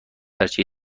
درجه